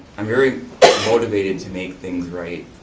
i'm very motivated to make things right.